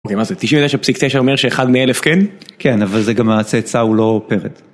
אוקיי, מה זה 99,9 אומר שאחד מאלף כן? כן, אבל זה גם הצאצא הוא לא פרד